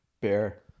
Bear